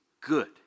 good